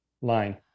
line